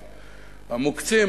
המוקצים,